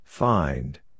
Find